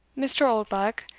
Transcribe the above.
mr. oldbuck,